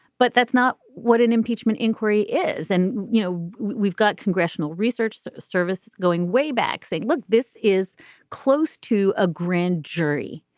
but that's not what an impeachment inquiry is and you know we've got congressional research so service going way back saying look this is close to a grand jury.